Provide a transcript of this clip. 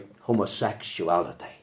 homosexuality